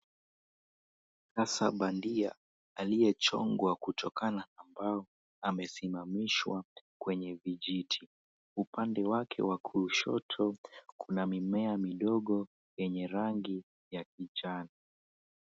Kasa wa bandia aliyechongwa kutokana na mbao amesimamishwa kwenye vijiti, upande wake wa kushoto kuna mimea midogo yenye rangi ya kijani.